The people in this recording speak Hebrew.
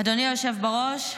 אדוני היושב בראש,